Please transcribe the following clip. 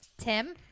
Tim